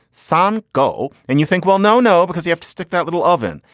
some go. and you think, well, no, no. because you have to stick that little oven.